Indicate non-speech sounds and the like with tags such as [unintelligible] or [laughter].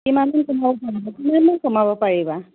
কিমান [unintelligible] কিমান মান কমাব পাৰিবা